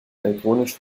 elektronisch